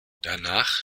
danach